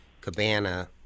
cabana